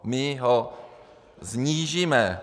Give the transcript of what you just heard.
My ho snížíme.